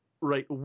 right